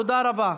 תודה רבה.